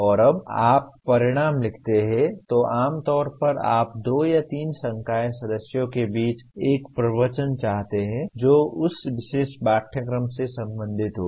और जब आप परिणाम लिखते हैं तो आम तौर पर आप दो या तीन संकाय सदस्यों के बीच एक प्रवचन चाहते हैं जो उस विशेष पाठ्यक्रम से संबंधित हों